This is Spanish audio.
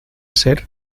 ser